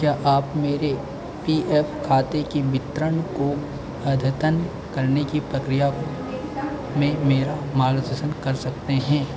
क्या आप मेरे पी एफ खाते के वितरण को अद्यतन करने की प्रक्रिया में मेरा मार्गदर्शन कर सकते हैं